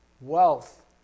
wealth